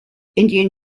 indian